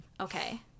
Okay